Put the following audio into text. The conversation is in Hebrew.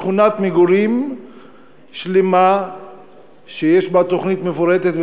שכונת מגורים שלמה שיש בה תוכנית מפורטת,